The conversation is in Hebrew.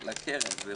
לקרן.